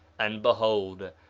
and behold,